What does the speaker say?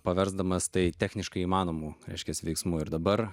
paversdamas tai techniškai įmanomų reiškiasi veiksmų ir dabar